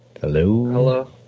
Hello